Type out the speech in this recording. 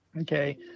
okay